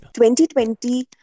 2020